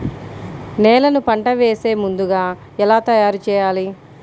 నేలను పంట వేసే ముందుగా ఎలా తయారుచేయాలి?